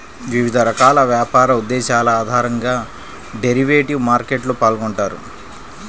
వివిధ రకాల వ్యాపార ఉద్దేశాల ఆధారంగా డెరివేటివ్ మార్కెట్లో పాల్గొంటారు